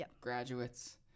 graduates